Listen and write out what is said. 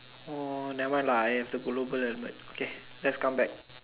uh never mind lah I have to global at night okay let's come back